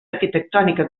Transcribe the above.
arquitectònica